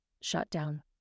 shutdown